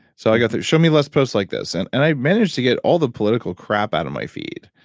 so i go through, show me less posts like this and and i managed to get all the political crap out of my feed